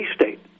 state